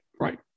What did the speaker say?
right